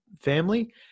family